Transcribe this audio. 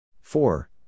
Four